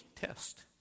test